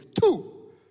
two